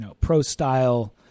pro-style